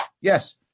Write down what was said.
yes